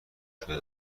شده